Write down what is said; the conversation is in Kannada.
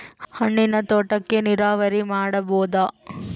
ಹಣ್ಣಿನ್ ತೋಟಕ್ಕ ನೀರಾವರಿ ಮಾಡಬೋದ?